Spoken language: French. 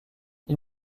ils